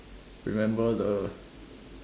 remember the